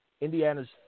Indiana's